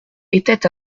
était